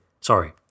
Sorry